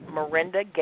Miranda